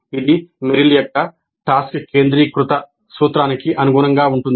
ఇది మెరిల్ యొక్క టాస్క్ కేంద్రీకృత సూత్రానికి అనుగుణంగా ఉంటుంది